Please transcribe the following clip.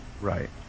right